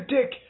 Dick